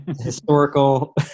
historical